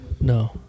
No